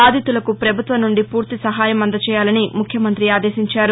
బాధితులకు ప్రభుత్వం నుండి పూర్తిసహాయం అందచేయాలని ముఖ్యమంత్రి ఆదేశించారు